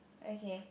okay